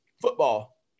football